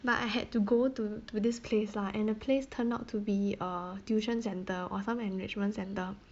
but I had to go to to this place lah and the place turned out to be a tuition centre or some enrichment centre